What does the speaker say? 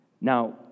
Now